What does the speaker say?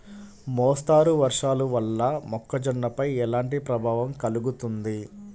మోస్తరు వర్షాలు వల్ల మొక్కజొన్నపై ఎలాంటి ప్రభావం కలుగుతుంది?